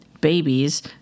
babies